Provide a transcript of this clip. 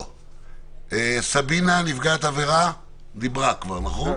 אני לא מבטלת דיונים דקה לפני כן,